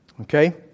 Okay